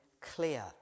clear